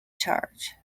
charge